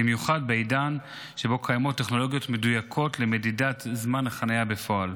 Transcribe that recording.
ובמיוחד בעידן שבו קיימות טכנולוגיות מדויקות למדידת זמן החניה בפועל.